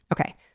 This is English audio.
okay